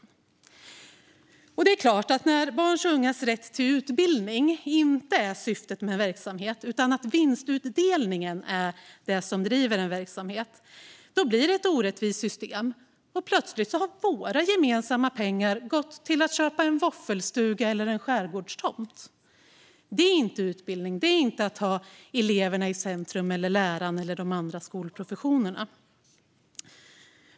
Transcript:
När det inte är barns och ungas rätt till utbildning som är syftet med en verksamhet utan vinstutdelning är det klart att det blir ett orättvist system där våra gemensamma pengar plötsligt går till att köpa en våffelstuga eller en skärgårdstomt. Det är inte utbildning. Det är inte att ha elever, lärare eller andra skolprofessioner i centrum.